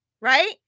right